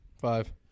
Five